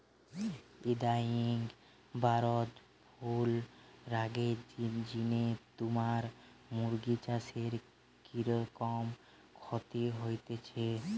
ইদানিং bird flu রগের জিনে তুমার মুরগি চাষে কিরকম ক্ষতি হইচে?